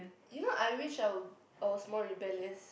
you know I wished I were I was more rebellious